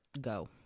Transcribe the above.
Go